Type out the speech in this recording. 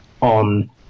on